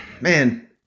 man